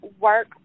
work